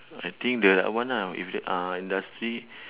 I think that uh one ah if the uh industry